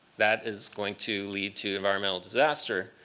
that is going to lead to environmental disaster.